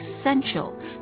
essential